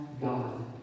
God